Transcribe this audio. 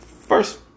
First